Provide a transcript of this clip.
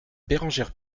bérengère